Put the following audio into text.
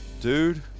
dude